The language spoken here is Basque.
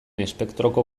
espektroko